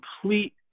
complete